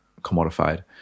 commodified